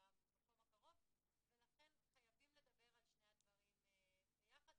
במקום הקרוב ולכן חייבים לדבר על שני הדברים ביחד.